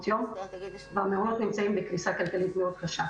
היום והמעונות נמצאים בקריסה כלכלית מאוד קשה.